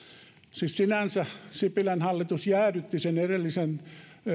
siis sinänsä sipilän hallitus jäädytti sen edellisen